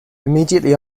immediately